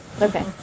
Okay